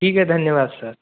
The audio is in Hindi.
ठीक है धन्यवाद सर